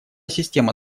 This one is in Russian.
система